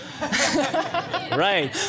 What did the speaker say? Right